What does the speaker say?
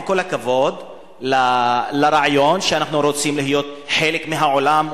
עם כל הכבוד לרעיון שאנחנו רוצים להיות חלק מהעולם,